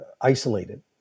isolated